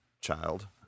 child